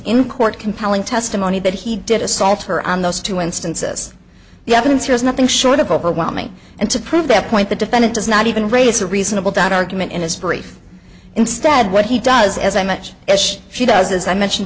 in court compelling testimony that he did assault her on those two instances the evidence here is nothing short of overwhelming and to prove that point the defendant does not even raise a reasonable doubt argument in history instead what he does as i much as she does as i mentioned